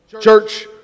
Church